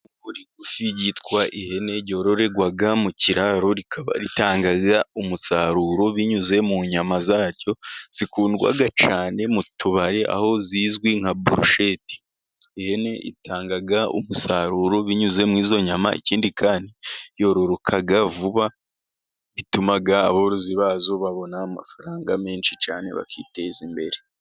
Itungo rigufi ryitwa ihene, ryororwa mu kiraro rikaba ritanga umusaruro binyuze mu nyama zaryo, zikundwa cyane mu tubari, aho zizwi nka burusheti. Ihene itanga umusaruro binyuze muri izo nyama, ikindi kandi yororoka vuba, bituma aborozi bayo babona amafaranga menshi cyane bakiteza imbere.